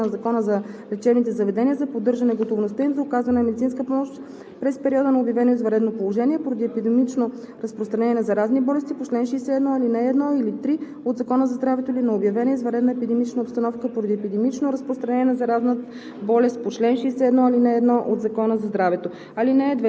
Министерството на здравеопазването може да субсидира лечебни заведения за болнична помощ по смисъла на Закона за лечебните заведения за поддържане готовността им за оказване на медицинска помощ през периода на обявено извънредно положение поради епидемично разпространение на заразни болести по чл. 61, ал. 1 или 3 от Закона за здравето или на обявена извънредна епидемична обстановка поради епидемично разпространение на заразна